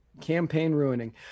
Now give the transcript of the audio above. campaign-ruining